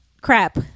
Crap